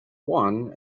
one